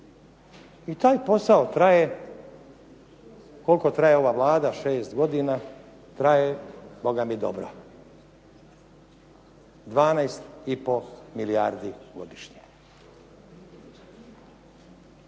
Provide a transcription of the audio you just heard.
I taj posao traje koliko traje ova Vlada, traje 6 godina, traje Boga mi dobro, 12 i pol milijardi godišnje.